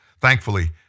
Thankfully